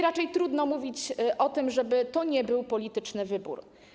Raczej trudno mówić o tym, żeby to nie był polityczny wybór.